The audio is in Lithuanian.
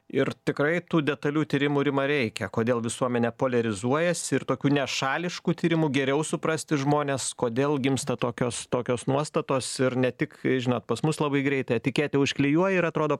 ir tikrai tų detalių tyrimų rima reikia kodėl visuomenė poliarizuojasi ir tokiu nešališku tyrimu geriau suprasti žmones kodėl gimsta tokios tokios nuostatos ir ne tik žinot pas mus labai greitai etiketę užklijuoja ir atrodo